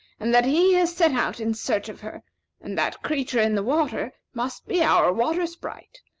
and that he has set out in search of her and that creature in the water must be our water sprite,